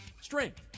strength